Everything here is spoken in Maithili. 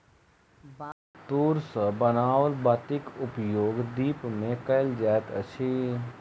बांगक तूर सॅ बनाओल बातीक उपयोग दीप मे कयल जाइत अछि